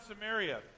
Samaria